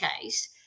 case